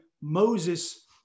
Moses